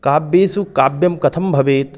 काव्येषु काव्यं कथं भवेत्